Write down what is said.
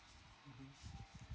mmhmm